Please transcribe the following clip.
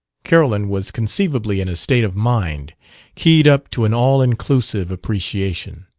carolyn was conceivably in a state of mind keyed up to an all-inclusive appreciation.